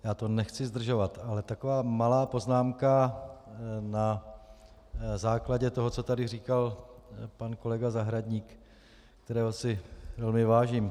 Já to nechci zdržovat, ale taková malá poznámka na základě toho, co tady říkal pan kolega Zahradník, kterého si velmi vážím.